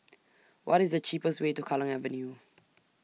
What IS The cheapest Way to Kallang Avenue